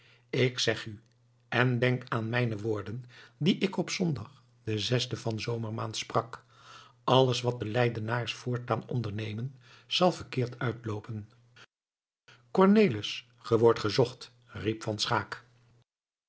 ik zeg u en denk aan mijne woorden die ik op zondag den zesden van zomermaand sprak alles wat de leidenaars voortaan ondernemen zal verkeerd uitloopen cornelis ge wordt gezocht riep van schaeck